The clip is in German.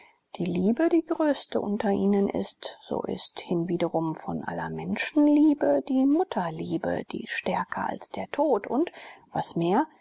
die liebe die größte unter ihnen ist so ist hinwiederum von aller menschenliebe die mutterliebe die stärker als der tod und was mehr